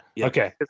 Okay